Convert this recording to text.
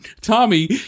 Tommy